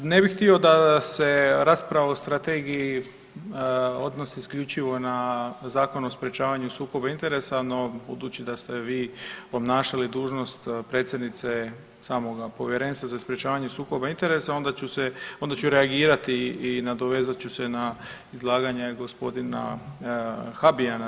Ne bih htio da se rasprava o Strategiji odnosi isključivo na Zakon o sprječavanju sukoba interesa, no budući da ste vi obnašali dužnost predsjednice samoga Povjerenstva za sprječavanje sukoba interesa, onda ću se, onda ću reagirati i nadovezat ću se na izlaganje g. Habijana.